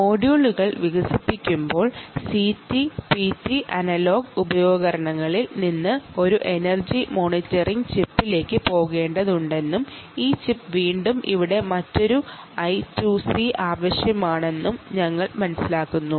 മൊഡ്യൂളുകൾ വികസിപ്പിക്കുമ്പോൾ CT PT analogue ഉപകരണങ്ങളിൽ നിന്ന് ഒരു എനർജി മോണിറ്ററിംഗ് ചിപ്പിലേക്ക് പോകേണ്ടതുണ്ടെന്നും ഈ ചിപ്പിൽ വീണ്ടും മറ്റൊരു I2C ആവശ്യമാണെന്നും ഞങ്ങൾ മനസ്സിലാക്കണം